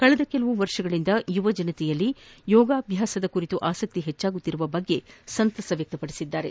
ಕಳೆದ ಕೆಲವು ವರ್ಷಗಳಿಂದ ಯುವ ಜನತೆಯಲ್ಲಿ ಯೋಗದ ಕುರಿತ ಆಸಕ್ತಿ ಪೆಚ್ಚುತ್ತಿರುವ ಬಗ್ಗೆ ಸಂತಸ ವ್ಯಕ್ತಪಡಿಸಿದ್ದಾರೆ